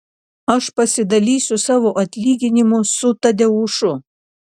aš pasidalysiu savo atlyginimu su tadeušu